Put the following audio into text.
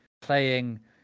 playing